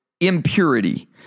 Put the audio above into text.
impurity